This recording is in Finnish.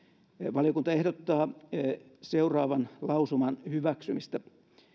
valiokunta ehdottaa seuraavan lausuman hyväksymistä